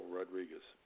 Rodriguez